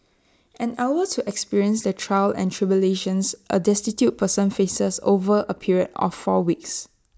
an hour to experience the trials and tribulations A destitute person faces over A period of four weeks